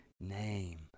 name